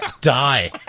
die